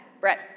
Brett